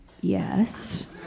yes